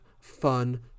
Fun